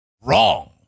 Wrong